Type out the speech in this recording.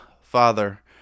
Father